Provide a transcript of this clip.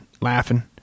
laughing